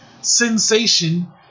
sensation